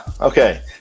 Okay